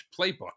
playbook